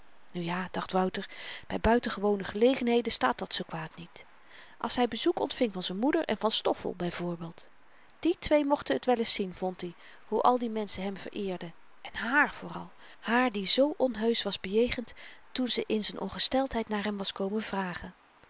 ja dacht wouter by buitengewone gelegenheden staat dat zoo kwaad niet als hy bezoek ontving van z'n moeder en van stoffel by voorbeeld die twee mochten t wel eens zien vond i hoe al die menschen hem vereerden en hààr vooral haar die zoo onheusch was bejegend toen ze in z'n ongesteldheid naar hem was komen vragen